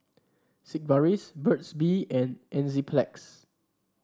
Sigvaris Burt's Bee and Enzyplex